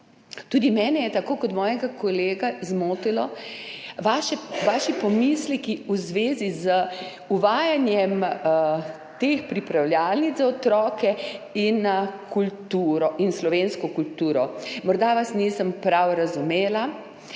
Tudi mene so, tako kot mojega kolega, zmotili vaši pomisleki v zvezi z uvajanjem teh pripravljalnic za otroke in slovensko kulturo. Morda vas nisem prav razumela